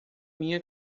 minha